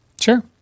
Sure